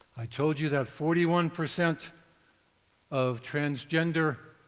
i told you that forty one percent of transgender